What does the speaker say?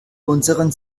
unseren